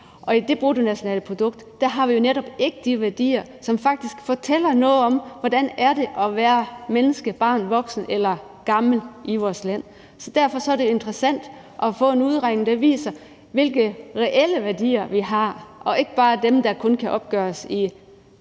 Og i det bruttonationalprodukt indregner vi jo netop ikke de værdier, som faktisk fortæller noget om, hvordan det er at være menneske – barn, voksen eller gammel – i vores land. Derfor er det interessant at få en udregning, der viser, hvilke reelle værdier vi har, og ikke bare dem, der kun kan opgøres i